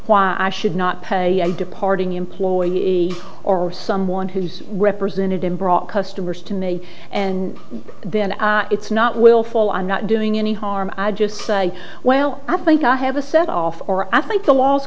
why i should not pay a departing employee or someone who's represented in broad customers to me and then it's not willful i'm not doing any harm i just say well i think i have a set off or i think the la